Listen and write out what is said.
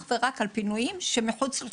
ורק על פינויים שמחוץ לתחום העדכון.